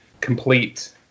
complete